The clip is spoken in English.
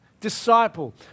disciple